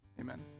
Amen